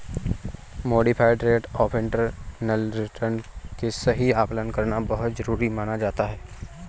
modified rate of internal return के सही आकलन करना बहुत जरुरी माना जाता है